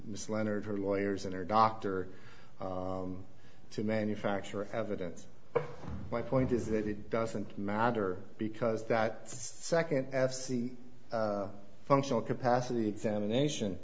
miss lennard her lawyers and her doctor to manufacture evidence my point is that it doesn't matter because that second f c functional capacity examination